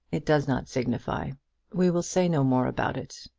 it does not signify we will say no more about it.